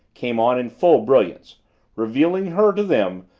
came on in full brilliance revealing her to them,